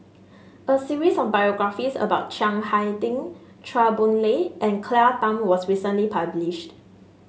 a series of biographies about Chiang Hai Ding Chua Boon Lay and Claire Tham was recently published